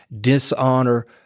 dishonor